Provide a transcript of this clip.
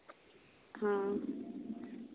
ᱦᱮᱸ